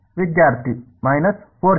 ವಿದ್ಯಾರ್ಥಿ